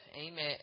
Amen